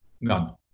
none